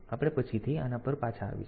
તેથી આપણે પછીથી આના પર પાછા આવીશું